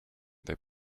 their